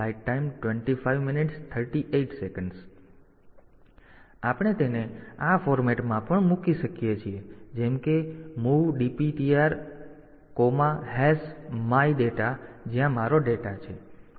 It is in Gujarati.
તેથી આપણે તેને આ ફોર્મેટ માં પણ મૂકી શકીએ છીએ જેમ કે મૂવ ડુ એ મૂવ DPTR અલ્પવિરામ હેશ માય ડેટા જ્યાં મારો ડેટા છે